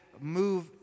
move